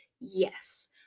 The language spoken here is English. yes